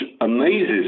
amazes